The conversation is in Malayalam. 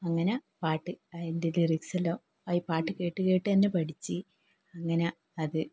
അങ്ങനെ പാട്ട് അതിൻ്റെ ലിറിക്സ് എല്ലാം പാട്ട് കേട്ട് കേട്ട് തന്നെ പഠിച്ച് അങ്ങനെ അത്